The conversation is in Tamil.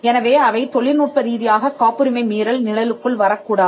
எனவே அவை தொழில்நுட்ப ரீதியாகக் காப்புரிமை மீறல் நிழலுக்குள் வரக்கூடாது